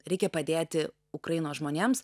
reikia padėti ukrainos žmonėms